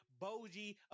Boji